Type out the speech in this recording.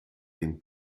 den